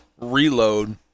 reload